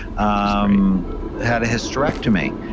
um had a hysterectomy.